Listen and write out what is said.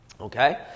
Okay